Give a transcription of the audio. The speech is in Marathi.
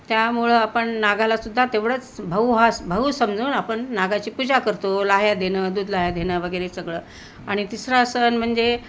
त्यामुळं आपण नागालासुद्धा तेवढंच भाऊ असं भाऊ समजून आपण नागाची पूजा करतो लाह्या देणं दूध लाह्या देणं वगैरे सगळं आणि तिसरा सण म्हणजे